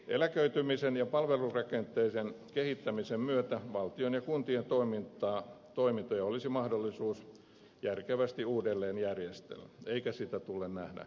eläköitymisen ja palvelurakenteiden kehittämisen myötä valtion ja kuntien toimintoja olisi mahdollisuus järkevästi uudelleen järjestellä eikä sitä tule nähdä uhkana